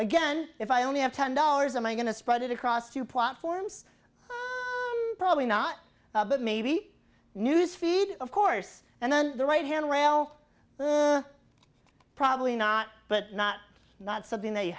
again if i only have ten dollars and i'm going to spread it across to plot forms probably not but maybe news feed of course and then the right hand rail probably not but not not something that you